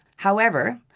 however,